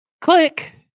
click